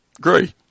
Great